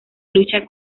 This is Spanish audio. lucha